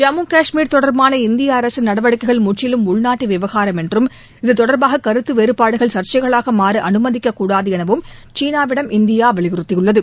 ஜம்மு கஷ்மீர் தொடர்பான இந்திய அரசின் நடவடிக்கைகள் முற்றிலும் உள்நாட்டு விவகாரம் என்றும் இத்தொடர்பாக கருத்து வேறபாடுகள் சர்சைகளாக மாற அனுமதிக்கக்கூடாது எனவும் சீனாவிடம் இந்தியா வலியுறுத்தியுள்ளது